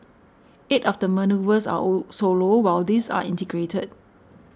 eight of the manoeuvres are all solo while these are integrated